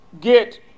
get